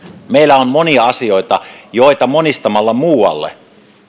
meillä on monia asioita joita monistamalla muualle